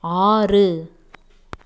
ஆறு